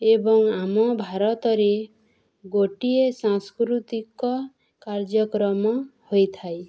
ଏବଂ ଆମ ଭାରତରେ ଗୋଟିଏ ସାଂସ୍କୃତିକ କାର୍ଯ୍ୟକ୍ରମ ହୋଇଥାଏ